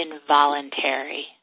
involuntary